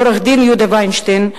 עורך-דין יהודה וינשטיין,